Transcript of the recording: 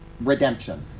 redemption